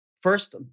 first